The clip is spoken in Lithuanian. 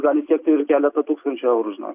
gali siekti ir keletą tūkstančių eurų žinok